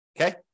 Okay